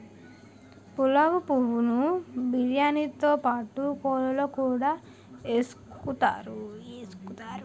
పులావు పువ్వు ను బిర్యానీతో పాటు కూరల్లో కూడా ఎసుకుంతారు